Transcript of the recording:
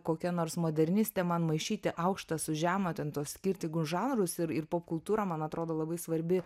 kokia nors modernistė man maišyti aukštą su žema ten tuos skirtingus žanrus ir ir popkultūra man atrodo labai svarbi